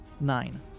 Nine